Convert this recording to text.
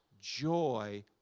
joy